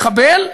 מחבל,